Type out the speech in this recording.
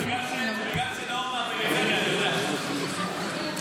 זה בגלל שנאור מהפריפריה, אני יודע.